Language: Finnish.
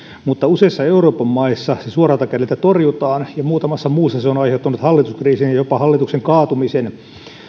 mutta useissa euroopan maissa se suoralta kädeltä torjutaan ja muutamassa muussa se on on aiheuttanut hallituskriisin ja jopa hallituksen kaatumisen